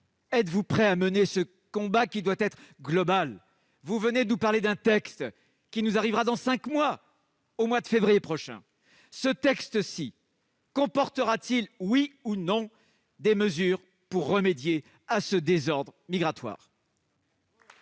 êtes-vous prêt à mener ce combat, qui doit être global ? Vous nous parlez d'un texte qui nous arrivera dans cinq mois, en février. Ce texte comportera-t-il, oui ou non, des mesures pour remédier à ce désordre migratoire ?